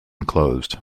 closed